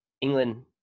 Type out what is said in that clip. england